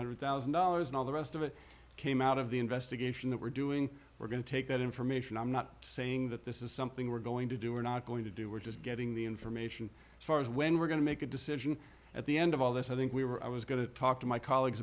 hundred thousand dollars and all the rest of it came out of the investigation that we're doing we're going to take that information i'm not saying that this is something we're going to do we're not going to do we're just getting the information as far as when we're going to make a decision at the end of all this i think we were i was going to talk to my colleagues